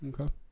okay